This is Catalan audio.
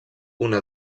una